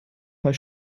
paar